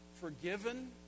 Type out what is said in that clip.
forgiven